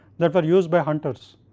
that were used by hunter's,